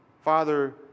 Father